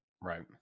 right